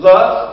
Love